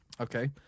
Okay